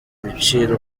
ibiciro